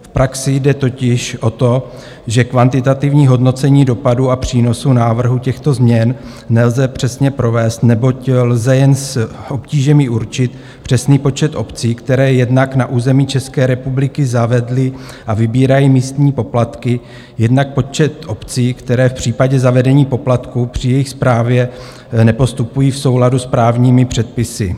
V praxi jde totiž o to, že kvantitativní hodnocení dopadu a přínosu návrhu těchto změn nelze přesně provést, neboť lze jen s obtížemi určit přesný počet obcí, které jednak na území České republiky zavedly a vybírají místní poplatky, jednak počet obcí, které v případě zavedení poplatků při jejich správě nepostupují v souladu s právními předpisy.